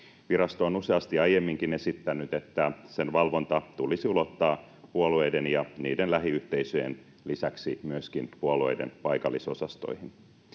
Virasto on useasti aiemminkin esittänyt, että sen valvonta tulisi ulottaa puolueiden ja niiden lähiyhteisöjen lisäksi myöskin puolueiden paikallisosastoihin.